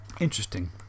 Interesting